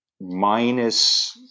minus